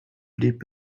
blieb